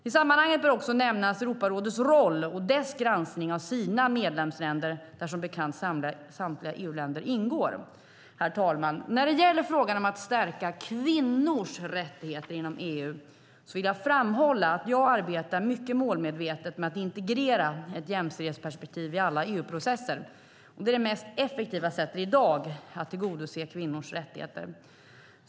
I sammanhanget bör även nämnas Europarådets roll och dess granskning av sina medlemsländer, där som bekant samtliga EU-länder ingår. Herr talman! När det gäller frågan om att stärka kvinnors rättigheter inom EU vill jag framhålla att jag arbetar mycket målmedvetet med att integrera ett jämställdhetsperspektiv i alla EU-processer. Det är det mest effektiva sättet i dag att tillgodose kvinnors rättigheter.